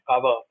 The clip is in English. cover